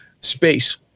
space